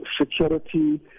security